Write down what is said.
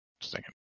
second